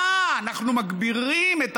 אה, אנחנו מגבירים את